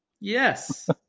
Yes